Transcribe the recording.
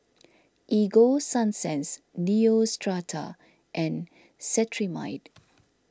Ego Sunsense Neostrata and Cetrimide